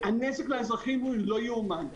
הנזק לאזרחים לא יאומן.